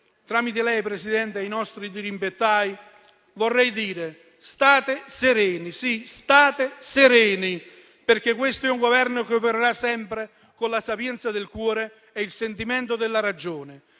tramite lei, Presidente, ai nostri dirimpettai, vorrei dire: state sereni, perché questo è un Governo che opererà sempre con la sapienza del cuore e il sentimento della ragione,